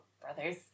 brothers